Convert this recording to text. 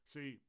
See